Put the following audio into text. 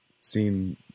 seen